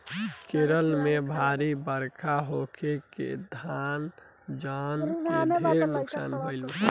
केरल में भारी बरखा होखे से धन जन के ढेर नुकसान भईल बा